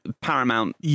paramount